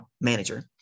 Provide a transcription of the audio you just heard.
manager